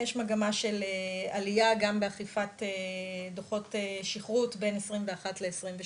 יש מגמה של עלייה גם באכיפת דו"חות שכרות בין 2021 ל-2022,